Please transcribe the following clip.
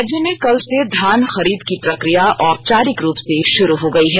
राज्य में कल से धान खरीद की प्रक्रिया औपचारिक रूप से शुरू हो गयी है